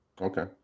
Okay